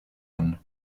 anne